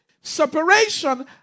Separation